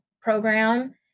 program